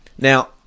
Now